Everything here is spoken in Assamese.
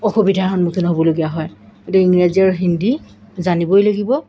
অসুবিধাৰ সন্মুখীন হ'বলগীয়া হয় কিন্তু ইংৰাজী আৰু হিন্দী জানিবই লাগিব